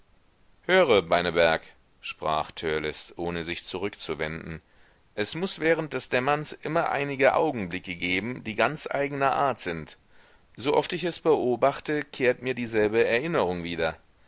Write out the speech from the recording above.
höre beineberg sprach törleß ohne sich zurückzuwenden es muß während des dämmerns immer einige augenblicke geben die ganz eigener art sind so oft ich es beobachte kehrt mir dieselbe erinnerung wieder